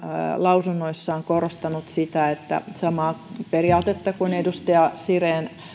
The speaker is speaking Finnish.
lausunnoissaan korostanut sitä samaa periaatetta kuin edustaja siren